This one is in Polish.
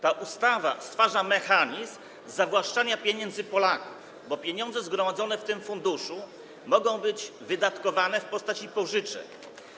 Ta ustawa stwarza mechanizm zawłaszczania pieniędzy Polaków, bo pieniądze zgromadzone w tym funduszu mogą być wydatkowane w postaci pożyczek.